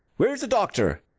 where is the doctor?